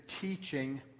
teaching